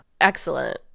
excellent